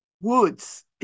woods